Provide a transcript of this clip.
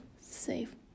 safe